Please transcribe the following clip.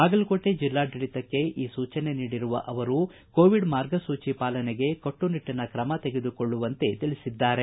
ಬಾಗಲಕೋಟೆ ಜಿಲ್ಲಾಡಳಿತಕ್ಕೆ ಈ ಸೂಚನೆ ನೀಡಿರುವ ಅವರು ಕೋವಿಡ್ ಮಾರ್ಗಸೂಚಿ ಪಾಲನೆಗೆ ಕಟ್ಟುನಿಟ್ಟನ ತ್ರಮಕ್ಕಾಗಿ ಸೂಚಿಸಿದ್ದಾರೆ